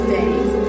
days